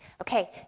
Okay